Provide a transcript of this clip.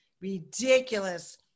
ridiculous